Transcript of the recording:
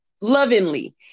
lovingly